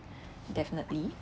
definitely